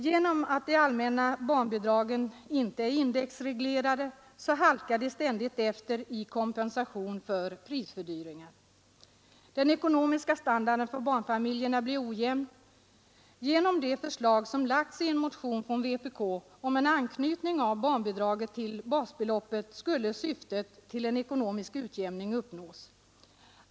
Genom att de allmänna barnbidragen inte är indexreglerade halkar barnfamiljerna ständigt efter när det gäller kompensation för prishöjningar. Den ekonomiska standarden för barnfamiljerna blir ojämn. Genom det förslag som lagts fram i en motion från vpk om en anknytning av barnbidraget till basbeloppet skulle syftet en ekonomisk utjämning uppnås.